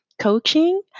Coaching